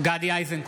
גדי איזנקוט,